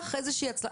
עבודה?